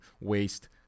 waste